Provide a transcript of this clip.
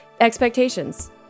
expectations